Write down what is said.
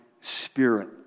Spirit